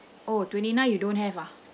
oh twenty nine you don't have ah